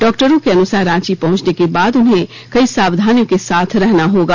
डॉक्टरों के अनुसार रांची पहुंचने के बाद उन्हें कई सावधानियों के साथ रहना होगा